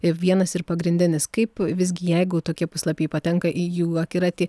vienas ir pagrindinis kaip visgi jeigu tokie puslapiai patenka į jų akiratį